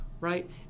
right